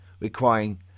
requiring